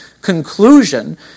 conclusion